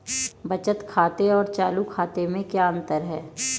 बचत खाते और चालू खाते में क्या अंतर है?